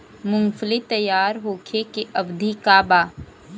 मूँगफली तैयार होखे के अवधि का वा?